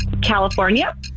California